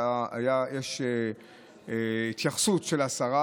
יש התייחסות של השרה.